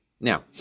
Now